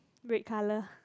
red colour